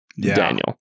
Daniel